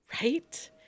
Right